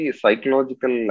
psychological